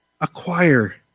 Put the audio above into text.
acquire